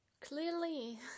clearly